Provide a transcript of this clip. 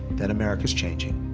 that america's changing,